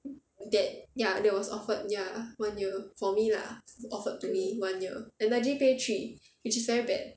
that ya that was offered ya one year for me lah offered to me one year and I G_P_A three which is very bad